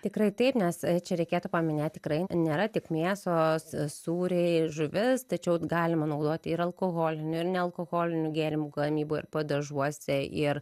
tikrai taip nes čia reikėtų paminėti tikrai nėra tik mėsos sūriai žuvis tačiau galima naudoti ir alkoholinių ir nealkoholinių gėrimų gamyboj ir padažuose ir